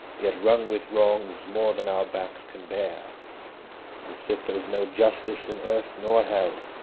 yet wrung with wrongs more than our backs can bear and, sith there's no justice in earth nor hell,